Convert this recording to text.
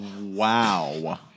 Wow